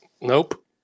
Nope